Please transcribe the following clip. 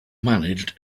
managed